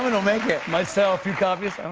will make it. might sell a few copies.